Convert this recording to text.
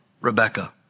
Rebecca